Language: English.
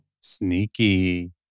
Sneaky